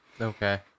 Okay